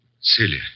Celia